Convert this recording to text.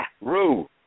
Rue